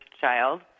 child